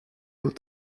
aux